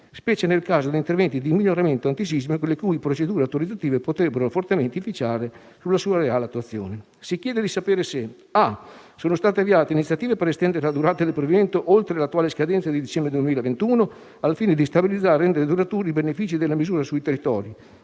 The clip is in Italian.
specie nel caso di interventi di miglioramento antisismico, le cui procedure autorizzative potrebbero fortemente inficiare la sua reale attuazione, si chiede di sapere: se siano state avviate iniziative per estendere la durata del provvedimento oltre l'attuale scadenza di dicembre 2021, al fine di stabilizzare e rendere duraturi i benefici della misura sui territori;